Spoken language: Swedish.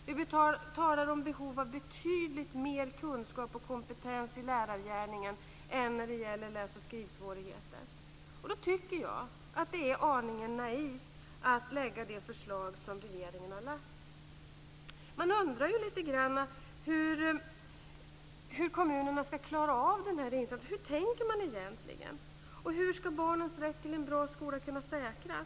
Vi talar om behovet av betydligt mer kunskap och kompetens i lärargärningen än när det gäller läs och skrivsvårigheter. Mot den bakgrunden tycker jag att det är aningen naivt att lägga det förslag som regeringen har lagt. Man undrar lite grann hur kommunerna ska klara av denna insats. Hur tänker man egentligen? Och hur ska barnens rätt till en bra skola kunna säkras?